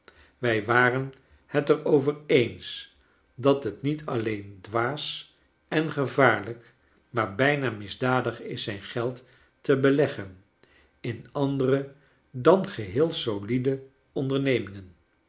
wij waren het er over eens dat het niet alleen dwaas en gevaarlijk maar bijna misdadig is zijn geld te beleggen in andere dan geheel solide ondernemingen